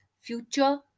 future